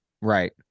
Right